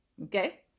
Okay